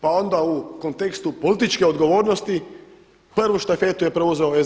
Pa onda u kontekstu političke odgovornosti prvu štafetu je preuzeo SDP.